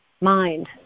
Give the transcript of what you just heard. mind